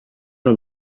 una